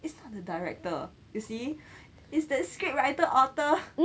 it's not the director you see is that script writer author